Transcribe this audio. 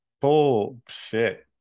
bullshit